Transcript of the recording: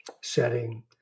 setting